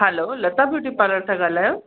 हलो Lata beauty parlour था ॻाल्हायो